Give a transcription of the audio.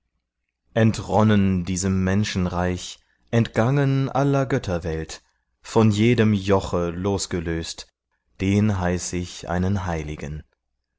entronnen diesem menschenreich entgangen aller götterwelt von jedem joche losgelöst den heiß ich einen heiligen